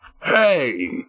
Hey